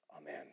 Amen